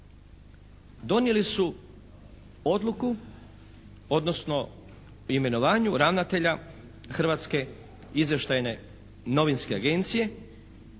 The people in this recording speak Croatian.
donijeli su odluku odnosno o imenovanju ravnatelja Hrvatske izvještajne novinske agencije